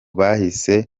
bahise